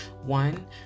one